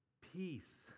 Peace